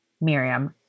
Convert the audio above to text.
Miriam